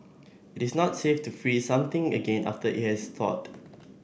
it is not safe to freeze something again after it has thawed